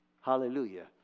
hallelujah